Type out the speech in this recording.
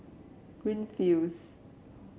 Greenfields